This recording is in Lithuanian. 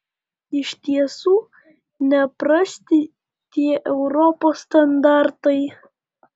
iš tiesų neprasti tie europos standartai